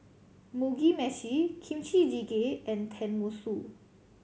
Mugi Meshi Kimchi Jjigae and Tenmusu